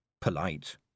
polite